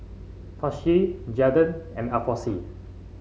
Tishie Jaden and Alfonse